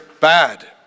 bad